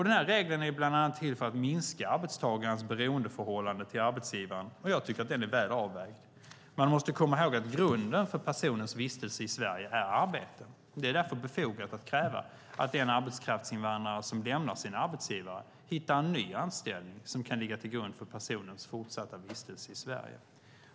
Den här regeln är bland annat till för att minska arbetstagarens beroendeförhållande till arbetsgivaren och jag tycker att den är väl avvägd. Man måste komma ihåg att grunden för personens vistelse i Sverige är arbete. Det är därför befogat att kräva att den arbetskraftsinvandrare som lämnar sin arbetsgivare hittar en ny anställning som kan ligga till grund för personens fortsatta vistelse i Sverige.